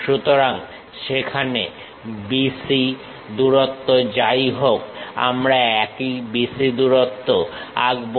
সুতরাং সেখানে BC দূরত্ব যাই হোক আমরা একই BC দূরত্ব আঁকবো